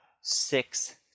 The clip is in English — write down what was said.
six